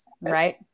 Right